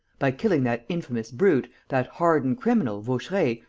by killing that infamous brute, that hardened criminal, vaucheray,